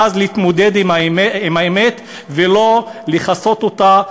ואז להתמודד עם האמת ולא לכסות אותה,